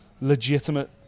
legitimate